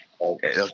Okay